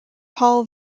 paul